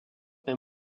mais